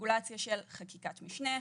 רגולציה של חקיקת משנה,